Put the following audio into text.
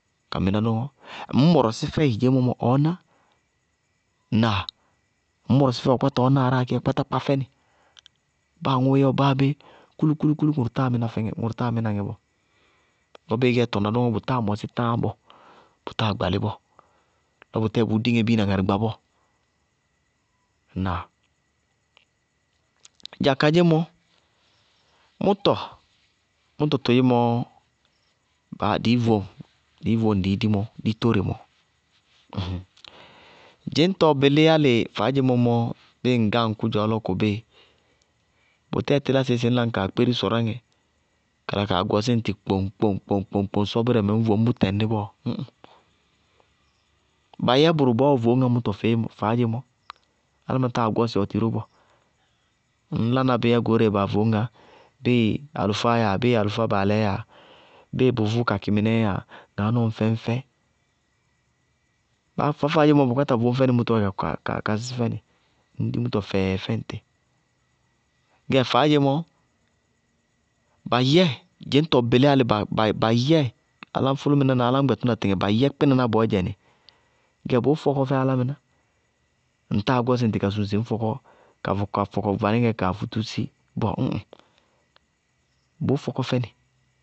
Ka mɩná dɔñɔ. Ŋnáa? Ŋñ mɔrɔsɩ fɛɩ dzeémɔ mɔ, ɔɔná. Ŋnáa? Ŋñ mɔrɔsɩ fɛɩ dzeémɔ mɔ ɔ kpáta ɔɔɔ ná aráa kééyá kpátá kpá fɛnɩ. Báa aŋʋʋ yɛ ʋ báabé kúlú-kúlú-kúlú ŋʋrʋ táa mɩna fɛŋɛ, ŋʋrʋ táa mɩna ŋɛ wɔɔ. Lɔ bɩɩ ɩɩ gɛ ɩ tɔŋná dɔñɔ bʋtáa mɔsɩ táaŋ bɔɔ, bʋtáa gbalɩ bɔɔ, lɔ bʋtɛɛ bʋʋ diŋɛ biina ŋarɩ gba bɔɔ. Ŋnáa? Dza kadzémɔ, mʋtɔ, mʋtɔ todzémɔɔ ba dɩɩ vóŋ, dɩɩ vóŋ dɩɩ di mɔ, ditóre mɔɔ, dzɩñtɔ bɩlɩ álɩ bɩɩ ŋ gáŋ kʋdzɔɔ lɔ kʋbɩɩ, bʋtɛɛ tɩlásɩɩ sɩ ñ la ñ kaa kpéri sɔráŋɛ kala kaa gɔsɩ ŋtɩ kpoŋ-kpoŋ-kpoŋ sɔbɩrɛmɛ ñ voñ bʋtɛŋ nɩ bɔɔ, ñ ŋ. Ba yɛ bʋrʋ bɔɔɔ voñŋá mʋtɔ faádzemɔ, álámɩnáá táa gɔsɩ ɔtɩ ró bɔɔ. Ŋñ lana bɩɩ yá goóreé baa voñŋá bɩɩ alʋfáá yáa, bɩɩ alʋfá naalɛɛ yáa, bɩɩ bʋ vʋ kakɩ mɛɛyáa ŋaá nɔɔ ññ fɛ ñ fɛ. Bʋká faá-faádzémɔ bʋ kpáta ka voñ fɛnɩ mʋtɔɔ dzɛ ka sɩsɩ fɛnɩ, ññ di mʋtɔ fɛɛɛ fɛ ŋtɩ. Gɛ, faádzemɔ, na yɛ, dzɩñtɔ bɩlɩ álɩ ba yɛɛ áláñ fʋlʋmá na áláñ gbɛtʋna tɩɩtɩŋɛ ba yɛ kpɩnaná bɔɔdzɛnɩ, gɛ bʋʋ fɔkɔ fɛ álámɩná, ŋ táa gɔsɩ ŋtɩ ka suŋ sɩ ŋñ fɔkɔ, ka fɔkɔ vanɩŋɛɛ kaa fútúsi bɔɔ ñ ŋ, bʋʋ fɔkɔ fɛnɩ.